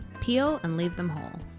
peel and leave them whole.